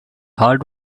heart